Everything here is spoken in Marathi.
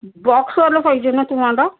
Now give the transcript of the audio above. बॉक्सवाला पाहिजे ना तुम्हाला